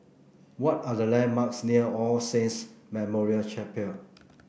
what are the landmarks near All Saints Memorial Chapel